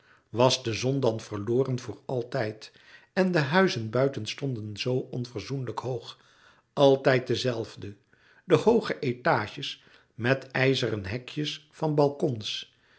was de zon dan verloren voor altijd en de huizen buiten stonden zoo onverzoenlijk hoog altijd de zelfde de hooge étages met ijzeren hekjes van balkons